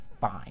Fine